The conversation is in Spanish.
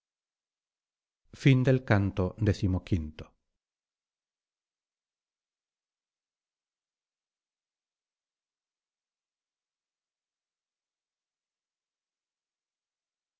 son del canto